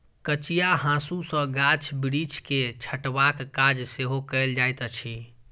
कचिया हाँसू सॅ गाछ बिरिछ के छँटबाक काज सेहो कयल जाइत अछि